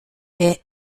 est